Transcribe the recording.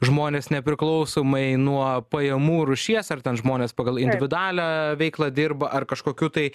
žmonės nepriklausomai nuo pajamų rūšies ar ten žmonės pagal individualią veiklą dirba ar kažkokiu tai